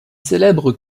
célèbre